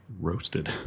Roasted